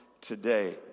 today